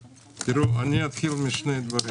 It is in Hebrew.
אני אתחיל משני דברים.